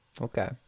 okay